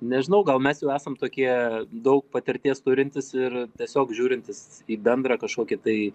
nežinau gal mes jau esam tokie daug patirties turintys ir tiesiog žiūrintys į bendrą kažkokį tai